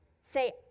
say